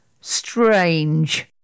strange